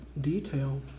detail